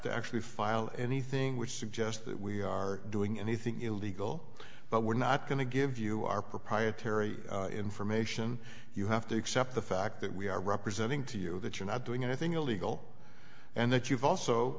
to actually file anything which suggests that we are doing anything illegal but we're not going to give you our proprietary information you have to accept the fact that we are representing to you that you're not doing anything illegal and that you've also